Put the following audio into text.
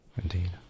indeed